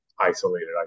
isolated